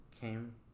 came